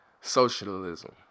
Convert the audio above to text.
Socialism